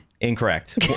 Incorrect